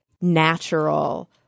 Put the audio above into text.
natural –